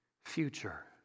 future